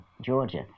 Georgia